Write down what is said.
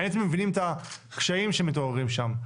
האם אתם מבינים את הקשיים שמתוארים שם?